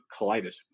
colitis